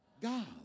God